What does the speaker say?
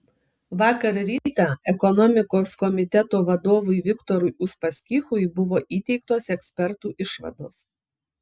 vakar rytą ekonomikos komiteto vadovui viktorui uspaskichui buvo įteiktos ekspertų išvados